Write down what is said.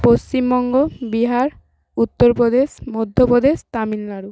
Paschimbanga Bihar Uttar Pradesh Madhya Pradesh Tamil Nadu